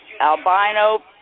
albino